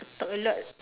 talk a lot